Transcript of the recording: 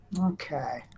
Okay